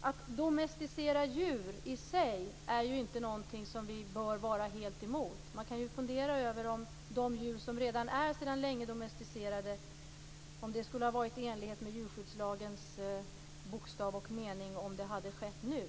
Att domesticera djur är i sig ingenting som vi bör vara helt emot. Man kan fundera över om hållandet av de djur som sedan länge har varit domesticerade skulle ha varit i enlighet med djurskyddslagens bokstav och mening om det hade påbörjats nu.